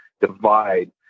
divide